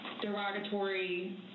derogatory